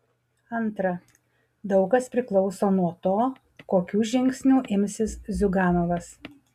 antra daug kas priklauso nuo to kokių žingsnių imsis ziuganovas